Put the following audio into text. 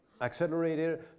accelerator